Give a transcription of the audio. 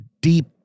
deep